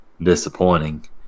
disappointing